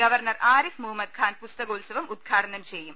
governor Arif Muhammad Khan പുസ്തകോത്സവം ഉദ്ഘാടനം ചെയ്യും